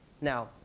Now